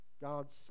God's